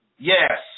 Yes